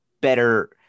better